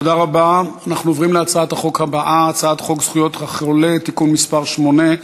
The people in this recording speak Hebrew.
במוסדות למתן טיפול (תיקון מס' 2)